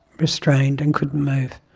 restrained and couldn't move.